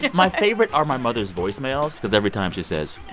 my favorite are my mother's voice mails because every time she says,